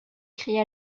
cria